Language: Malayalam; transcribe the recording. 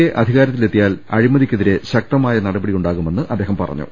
എ അധികാര ത്തിലെത്തിയാൽ അഴിമതിക്കെതിരെ ശക്തമായ നടപടിയു ണ്ടാകുമെന്ന് അദ്ദേഹം പറഞ്ഞു